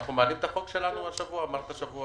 אנחנו מעלים את הצעת החוק שלנו המשותפת השבוע?